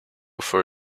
for